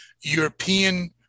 European